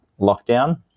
lockdown